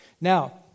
Now